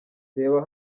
reba